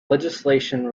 legislation